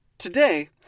Today